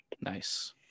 Nice